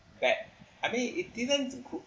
bad I mean it didn't